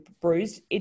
bruised